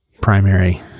primary